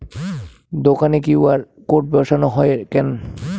দোকানে QR code বসানো হয় কেন?